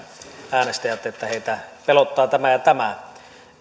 äänestäjät että heitä pelottaa tämä ja tämä